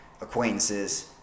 acquaintances